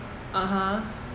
(uh huh)